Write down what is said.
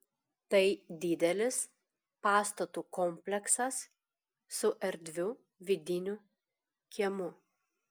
tai didelis pastatų kompleksas su erdviu vidiniu kiemu